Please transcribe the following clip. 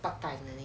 part time